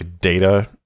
data